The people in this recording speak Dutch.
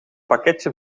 pakketje